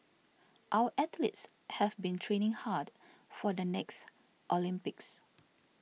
our athletes have been training hard for the next Olympics